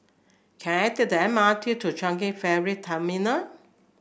can I take the M R T to Changi Ferry Terminal